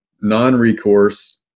non-recourse